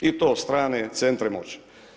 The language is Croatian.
I to strane centre moći.